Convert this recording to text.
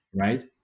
right